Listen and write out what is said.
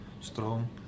strong